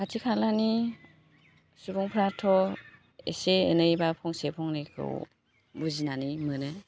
खाथि खालानि सुबुंफ्राथ' एसे एनै बा फंसे फंनैखौ बुजिनानै मोनो